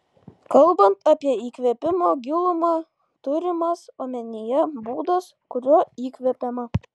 kalbant apie įkvėpimo gilumą turimas omenyje būdas kuriuo įkvepiama